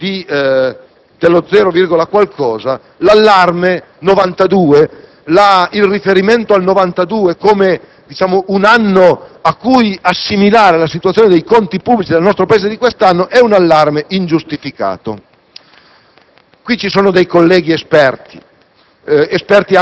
non è molto, che in fondo si tratta soltanto dello zero e qualcosa, che il riferimento al 1992 come anno al quale assimilare la situazione dei conti pubblici del nostro Paese di quest'anno è un allarme ingiustificato.